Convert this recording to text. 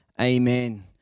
Amen